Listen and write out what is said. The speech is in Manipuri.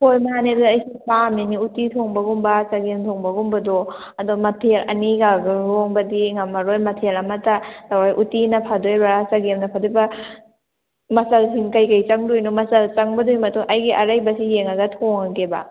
ꯍꯣꯏ ꯃꯥꯅꯦꯕ ꯑꯩꯁꯨ ꯄꯥꯝꯃꯤꯅꯦ ꯎꯇꯤ ꯊꯣꯡꯕꯒꯨꯝꯕ ꯆꯒꯦꯝ ꯊꯣꯡꯕꯒꯨꯝꯕꯗꯣ ꯑꯗꯣ ꯃꯊꯦꯜ ꯑꯅꯤꯒ ꯂꯣꯡꯕꯗꯤ ꯉꯝꯃꯔꯣꯏ ꯃꯊꯦꯜ ꯑꯃꯇ ꯇꯧꯔ ꯎꯇꯤꯅ ꯐꯗꯣꯏꯔꯥ ꯆꯒꯦꯝꯅ ꯐꯗꯣꯏꯔꯥ ꯃꯆꯜꯁꯤꯡ ꯀꯩꯀꯩ ꯆꯪꯗꯣꯏꯅꯣ ꯃꯆꯜ ꯆꯪꯕꯗꯨꯏ ꯃꯇꯨꯡ ꯑꯩꯒꯤ ꯑꯔꯩꯕꯁꯤ ꯌꯦꯡꯉꯒ ꯊꯣꯡꯉꯒꯦꯕ